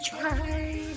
try